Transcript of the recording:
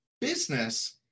Business